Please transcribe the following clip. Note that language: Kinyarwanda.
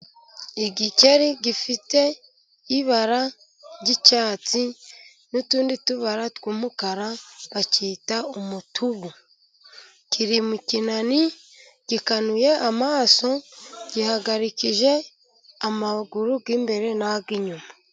Igikeri gifite ibara ry'icyatsi n'utundi tubara tw'umukara bacyita umutubu, kiri mu kinani gikanuye amaso gihagarikije amaguru y'imbere nay'inyuma.